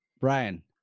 brian